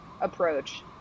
approach